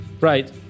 Right